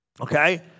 Okay